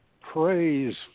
praise